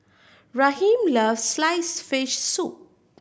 Raheem loves sliced fish soup